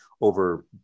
over